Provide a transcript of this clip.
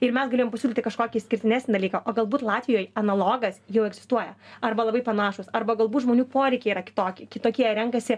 ir mes galėjom pasiūlyti kažkokį išskirtinesnį dalyką o galbūt latvijoj analogas jau egzistuoja arba labai panašūs arba galbūt žmonių poreikiai yra kitokie kitokie renkasi